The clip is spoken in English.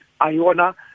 Iona